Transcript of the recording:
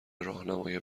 راهنمای